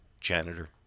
janitor